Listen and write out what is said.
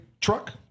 truck